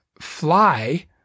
fly